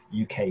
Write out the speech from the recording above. UK